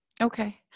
Okay